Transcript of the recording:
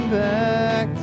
back